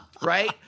right